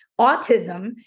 autism